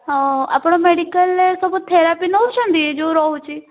ହଁ ଆପଣ ମେଡ଼ିକାଲରେ ସବୁ ଥେରାପି ନେଉଛନ୍ତି ଯେଉଁ ରହୁଛି